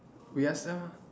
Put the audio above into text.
we ask now ah